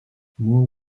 moore